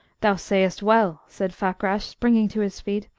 thou sayest well, said fakrash, springing to his feet,